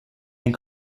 and